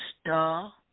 Star